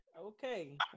Okay